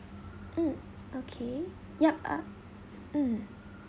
mm okay yup uh mm